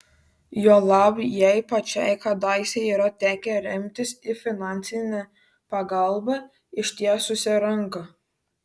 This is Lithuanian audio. juolab jai pačiai kadaise yra tekę remtis į finansinę pagalbą ištiesusią ranką